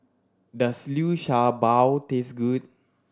does Liu Sha Bao taste good